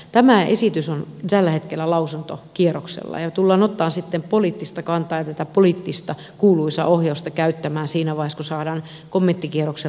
tämä esitys on tällä hetkellä lausuntokierroksella ja tullaan ottamaan sitten poliittista kantaa ja tätä poliittista kuuluisaa ohjausta käyttämään siinä vaiheessa kun saadaan kommenttikierrokselta tuo palaute